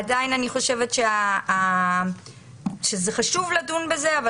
ועדין אני חושבת שזה חשוב לדון בזה אבל